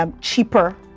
cheaper